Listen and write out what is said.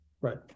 Right